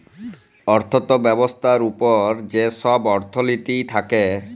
অথ্থ ব্যবস্থার উপর যে ছব অথ্থলিতি থ্যাকে